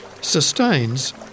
sustains